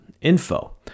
info